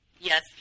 Yes